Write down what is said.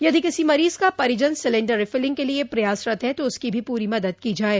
यदि किसी मरीज का परिजन सिलेंडर रिफलिंग के लिये प्रयासरत है तो उसकी भी पूरी मदद की जाये